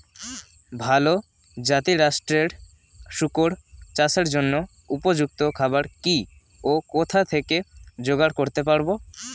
ভালো জাতিরাষ্ট্রের শুকর চাষের জন্য উপযুক্ত খাবার কি ও কোথা থেকে জোগাড় করতে পারব?